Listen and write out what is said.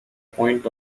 point